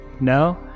No